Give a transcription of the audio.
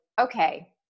okay